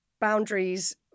boundaries